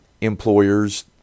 Employers